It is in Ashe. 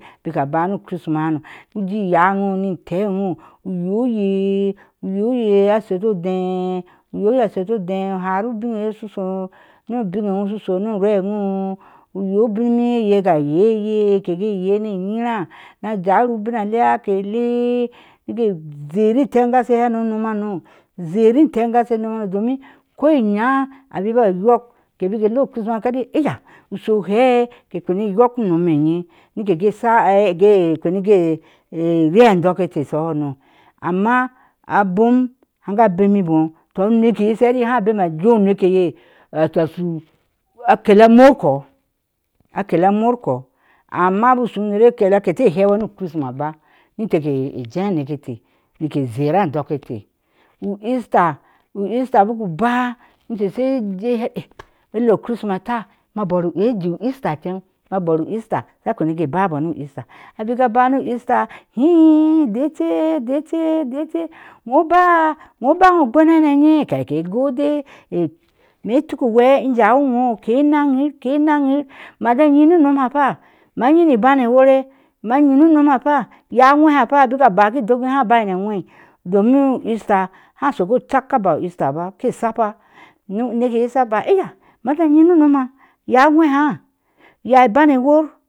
Bike a banie chrima ha no ji iyawe itéé wo oyapye uya oye uyeyeɔ aseta. odeé iye oye othesto ofe hara ibin a yee shu shɔɔ nu ubin ɔ nyi shu shuu nu rai enyu uye ubin mi iye ga gaye eye kege ye nice. ŋarana jawiyir ubin a lea ke lea a nike zeri etagashe hano u nomhano zyer entangshe i nom hano domon ko inya abibayok ayok ke bik a lea chrisma ka heti ayaa ushe ube ka kpane yok unoom me anye nike ge sha ge kpare ge a ri a doɔɔketeh ishuhuno. amma abom haka bemi bɔɔ tɔ uneke anukɔ akele amorkɔ amma bik shu unar abik ushu uner a kele keke ne hewe nu chrima bari inte keje aneke ete na ke zyare mobɔketee u easta u easta bik a baa inteh she je a lea christma a tea ama bur u a jee u easte inca abur u easta a kpana a baba u easta abik a ba nu easta ma decer deceer decr wei ba wobawo ogbeŋ haneŋayee kai ke gode me tuk uwe injawi enyo ke naŋyir ke naŋyir mate yi nu nomba fa ma yi ni iban a wore ma yini i nomba fa ma yi ni ibana wore ma yini inomba fa ya a aɔwehafa bik a baki dɔɔki hahai. na aŋwe domin easta haa shɔɔ ko cak ka baa eastaba ke sapa nu nuke eye sha oya ba maje ayin nu unobe ya a ŋweha yaiba ŋawer